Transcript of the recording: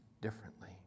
differently